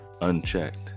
unchecked